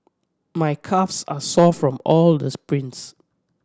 my calves are sore from all the sprints